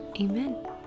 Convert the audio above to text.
amen